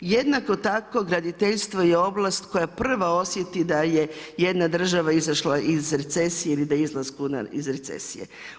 Jednako tako graditeljstvo je oblast koja prva osjeti da je jedna država izašla iz recesije ili da je u izlasku iz recesije.